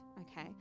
okay